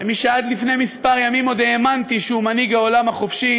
למי שעד לפני כמה ימים עוד האמנתי שהוא מנהיג העולם החופשי,